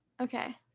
Okay